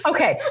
Okay